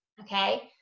Okay